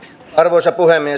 arvoisa puhemies